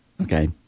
Okay